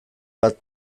bat